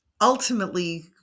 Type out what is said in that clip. ultimately